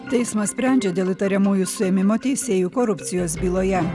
teismas sprendžia dėl įtariamųjų suėmimo teisėjų korupcijos byloje